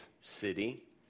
city